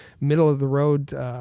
middle-of-the-road